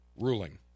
ruling